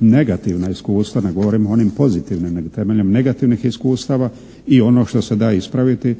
negativna iskustva, ne govorim o onim pozitivnim nego temeljem negativnih iskustava i ono što se da ispraviti